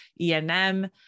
ENM